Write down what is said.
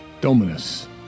Dominus